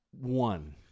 one